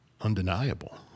undeniable